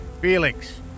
Felix